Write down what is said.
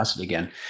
again